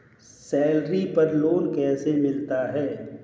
Salary पर loan कैसे मिलता है?